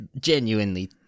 genuinely